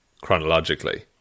chronologically